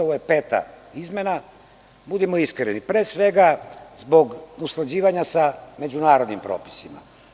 Ovo je peta izmena, budimo iskreni, pre svega, zbog usklađivanja sa međunarodnim propisima.